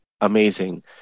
amazing